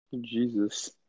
Jesus